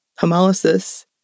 hemolysis